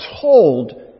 told